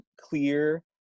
clear